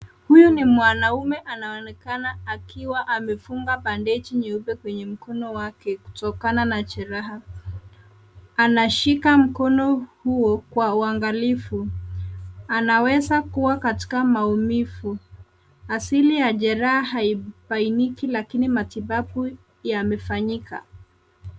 Huyu ni mwanaume anaoneka akiwa amefunga bandeji nyeupe kwenye mkono wake kutokana na jeraha, anashika mkono huo kwa uangalifu, anaweza kuwa katika maumivu. Asili ya jeraha haibainiki lakini matibabu yamefanyika.